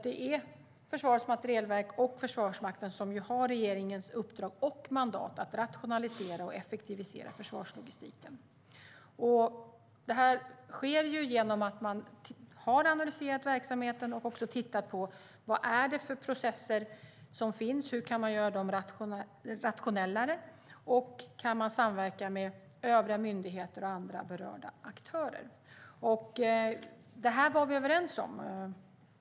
Det är Försvarets materielverk och Försvarsmakten som har regeringens uppdrag och mandat att rationalisera och effektivisera försvarslogistiken. Detta sker genom att man har analyserat verksamheten och tittat på vad det är för processer som finns, hur man kan göra dem mer rationella och om man kan samverka med övriga myndigheter och andra berörda aktörer. Detta var vi överens om.